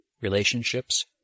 relationships